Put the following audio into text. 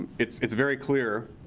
it's it's very clear,